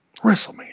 WrestleMania